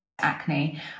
acne